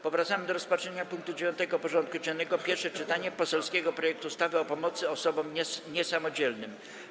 Powracamy do rozpatrzenia punktu 9. porządku dziennego: Pierwsze czytanie poselskiego projektu ustawy o pomocy osobom niesamodzielnym.